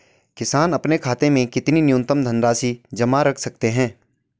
किसान अपने खाते में कितनी न्यूनतम धनराशि जमा रख सकते हैं?